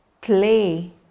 play